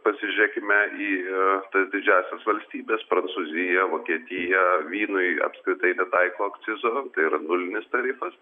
pasižiūrėkime į tas didžiąsias valstybes prancūziją vokietiją vynui apskritai netaiko akcizo tai yra nulinis tarifas